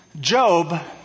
Job